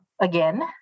again